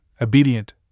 obedient